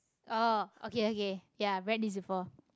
oh okay okay ya I read this before